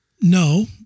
No